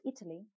Italy